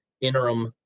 interim